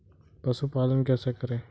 पशुपालन कैसे करें?